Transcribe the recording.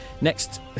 Next